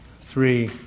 three